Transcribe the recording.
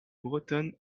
bretonne